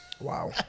wow